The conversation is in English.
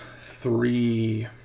three